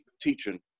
teaching